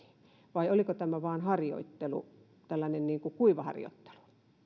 vai oliko tämä vain harjoittelu tällainen ikään kuin kuivaharjoittelu